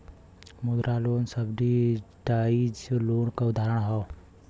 मुद्रा loan subsidise loan क उदाहरण हौ